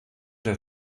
der